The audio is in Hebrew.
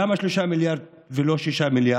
למה 3 מיליארד ולא 6 מיליארד?